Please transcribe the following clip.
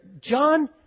John